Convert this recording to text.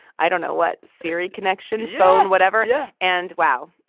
i don't know what siri connection, phone, whatever? yeah and wow,